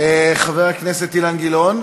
חבר הכנסת אילן גילאון.